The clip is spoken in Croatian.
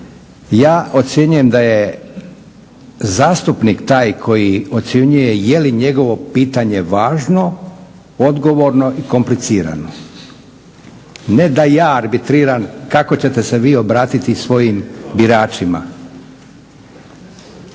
ja ocjenjujem da je zastupnik taj koji ocjenjuje je li njegovo pitanje važno, odgovorno i komplicirano. Ne da ja arbitriram kako ćete se vi obratiti svojim biračima.